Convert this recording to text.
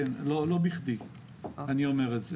כן, לא בכדי אני אומר את זה.